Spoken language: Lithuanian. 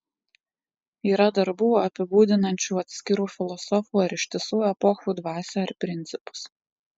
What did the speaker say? yra darbų apibūdinančių atskirų filosofų ar ištisų epochų dvasią ar principus